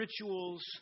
rituals